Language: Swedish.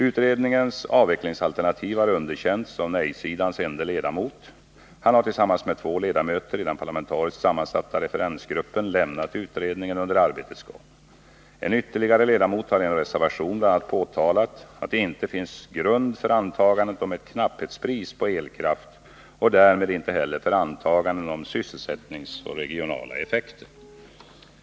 Utredningens avvecklingsalternativ har underkänts av nej-sidans ende ledamot. Han har tillsammans med två ledamöter i den parlamentariskt sammansatta referensgruppen lämnat utredningen under arbetets gång. En ytterligare ledamot har i en reservation bl.a. påtalat att det inte finns grund för antagandet om ett knapphetspris på elkraft och därmed inte heller för antaganden om sysselsättningsoch regionala effekter.